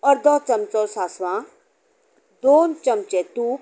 अर्दो चमचो सासवां दोन चलचे तूप